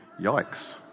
yikes